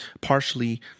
partially